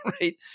right